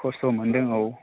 खस्थ' मोनदों औ